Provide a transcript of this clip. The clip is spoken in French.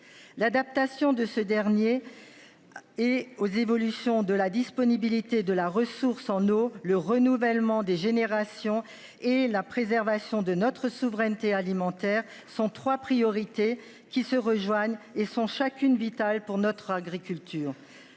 l'adaptation de ce dernier. Et aux évolutions de la disponibilité de la ressource en eau, le renouvellement des générations et la préservation de notre souveraineté alimentaire sont 3 priorités qui se rejoignent et sont chacune vital pour notre agriculture.